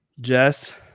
Jess